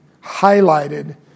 highlighted